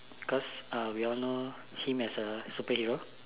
cause uh we all know him as a superhero